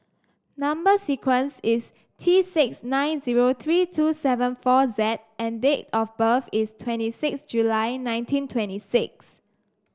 number sequence is T six nine zero three two seven four Z and date of birth is twenty six July nineteen twenty six